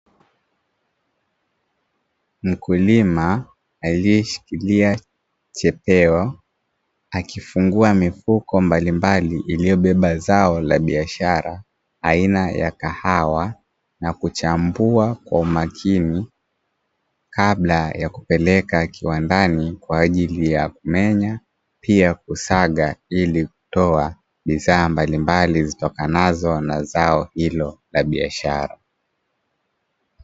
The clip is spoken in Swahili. Mkulima aliyeshikilia chepeo akifungua mifuko mbalimbali iliyobeba zao la biashara aina ya kahwa na kuchambua kwa umakini kabla ya kupeleka kiwandani kwa ajili ya kumenya pia kusaga ili kutoa bidhaa mbalimbali zitokanazo na zao hilo la biashara.